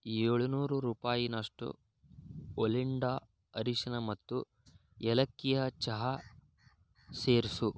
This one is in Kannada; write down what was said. ಏಳು ನೂರು ರೂಪಾಯಿಯಷ್ಟು ಒಲಿಂಡಾ ಅರಶಿಣ ಮತ್ತು ಏಲಕ್ಕಿಯ ಚಹಾ ಸೇರಿಸು